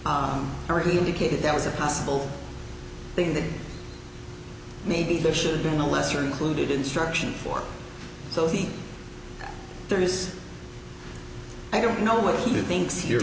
or he indicated there was a possible thing that maybe there should have been a lesser included instruction for so he there is i don't know what he thinks